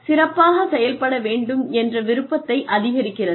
சிறப்பாகச் செயல்பட வேண்டும் என்ற விருப்பத்தை அதிகரிக்கிறது